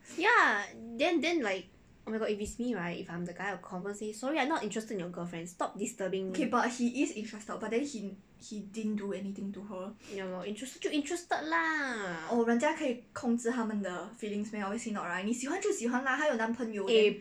oh my god if it's me right if I'm the guy I will confirm say sorry I not interested in your girlfriend stop disturbing me ya lor interested 就 interested lah eh